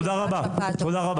תודה רבה.